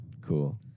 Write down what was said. Cool